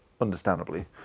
understandably